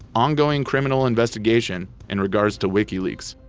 ongoing criminal investigation in regards to wikileaks.